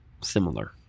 Similar